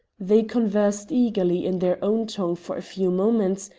they conversed eagerly in their own tongue for a few moments,